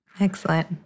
Excellent